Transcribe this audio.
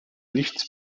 nichts